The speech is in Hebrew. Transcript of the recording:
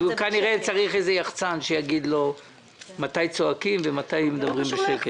כנראה צריך איזה יחצן שיגיד לו מתי צועקים ומתי מדברים בשקט.